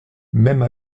même